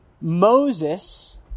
Moses